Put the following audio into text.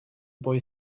boy